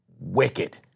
wicked